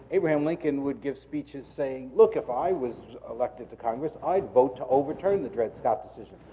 abraham lincoln would give speeches saying, look, if i was elected to congress, i'd vote to overturn the dred scott decision.